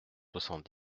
soixante